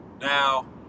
Now